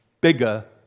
bigger